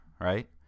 right